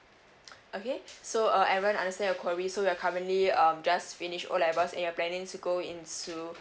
okay so uh aaron understand your query so you are currently um just finish O levels and you're planning to go into